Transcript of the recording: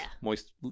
moist